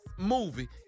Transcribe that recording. Movie